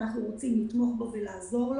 אנחנו רוצים לתמוך ולעזור.